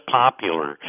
popular